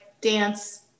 dance